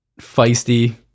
feisty